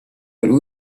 but